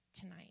tonight